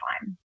time